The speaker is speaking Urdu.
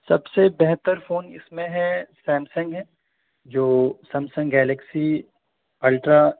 سب سے بہتر فون اس میں ہے سیمسنگ ہے جو سیمسنگ گیلیکسی الٹرا